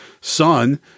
son